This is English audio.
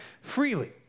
freely